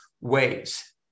ways